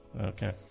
Okay